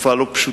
בתקופה לא פשוטה,